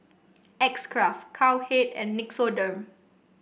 X Craft Cowhead and Nixoderm